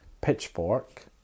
Pitchfork